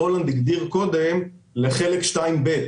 הממשלה והכנסת מעוניינים לעודד את הפעילות הזו,